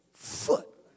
foot